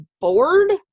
bored